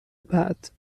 بعد